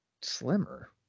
slimmer